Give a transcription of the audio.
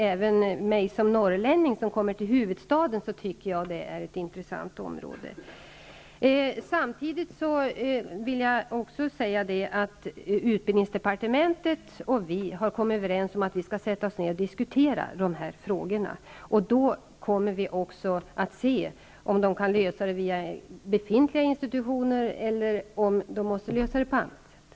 Även jag, en norrlänning som kommer till huvudstaden, tycker att detta är ett intressant område. Utbildningsdepartementet och mitt departement har kommit överens om att vi skall diskutera dessa frågor. Då kommer vi att se om det här går att lösa via befintliga institutioner eller om det måste lösas på annat sätt.